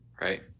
right